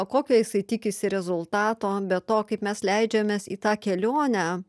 kokio jisai tikisi rezultato be to kaip mes leidžiamės į tą kelionę